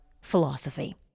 philosophy